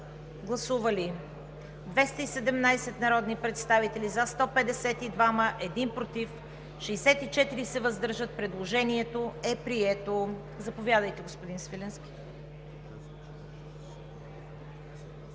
Гласували 217 народни представители: за 152, против 1, въздържали се 64. Предложението е прието. Заповядайте, господин Свиленски.